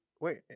Wait